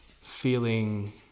feeling